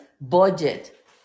budget